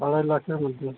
আড়াই লাখের মধ্যে